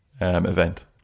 event